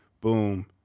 Boom